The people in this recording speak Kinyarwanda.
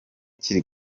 kiri